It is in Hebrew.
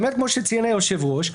כמו שציין היושב-ראש,